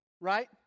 right